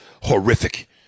horrific